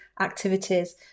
activities